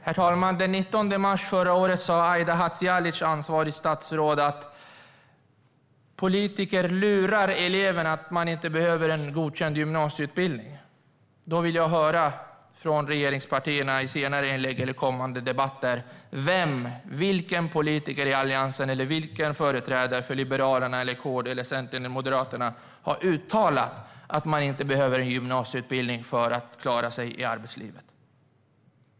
Herr talman! Den 19 mars förra året sa Aida Hadzialic, ansvarigt statsråd, att politiker lurar eleverna att de inte behöver en godkänd gymnasieutbildning. Jag vill höra från regeringspartierna i senare inlägg eller i kommande debatter vilken politiker i Alliansen eller vilken företrädare för Liberalerna, KD, Centern eller Moderaterna som har uttalat att man inte behöver gymnasieutbildning för att klara sig i arbetslivet.